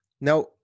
Now